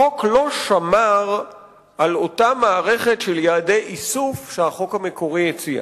החוק לא שמר על אותה מערכת של יעדי איסוף שהחוק המקורי הציע.